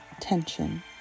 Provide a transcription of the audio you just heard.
tension